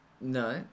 No